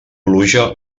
pluja